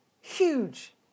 Huge